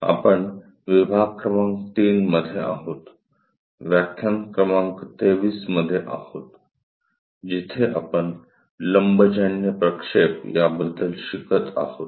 आपण विभाग क्रमांक ३ मध्ये आहोत व्याख्यान क्रमांक 23 मध्ये आहोत जिथे आपण लंबजन्य प्रक्षेप याबद्दल शिकत आहोत